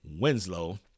Winslow